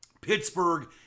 Pittsburgh